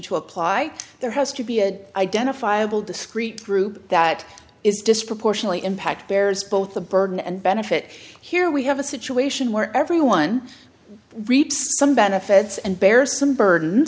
to apply there has to be a identifiable discrete group that is disproportionately impact bears both the burden and benefit here we have a situation where everyone reaps some benefits and bear some burden